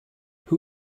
who